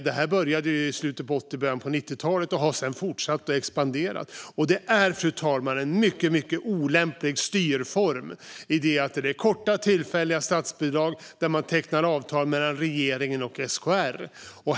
Det här började i slutet av 80-talet och början av 90-talet och har sedan fortsatt och expanderat. Detta är, fru talman, en mycket olämplig styrform i och med att det är korta, tillfälliga statsbidrag där man tecknar avtal mellan regeringen och SKR.